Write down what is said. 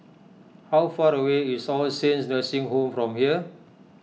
how far away is All Saints Nursing Home from here